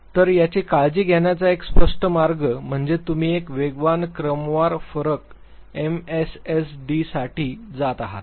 तर याची काळजी घेण्याचा एक स्पष्ट मार्ग म्हणजे तुम्ही एक वेगवान क्रमवार फरक एमएसएसडीसाठी जात आहात